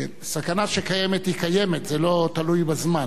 כן, סכנה שקיימת, היא קיימת, זה לא תלוי בזמן.